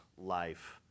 life